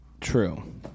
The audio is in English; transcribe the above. True